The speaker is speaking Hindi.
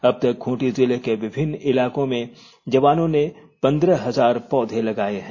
अब तक खूंटी जिले के विभिन्न इलाकों में जवानों ने पंद्रह हजार पौधे लगाये हैं